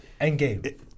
Endgame